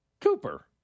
Cooper